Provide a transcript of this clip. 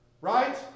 Right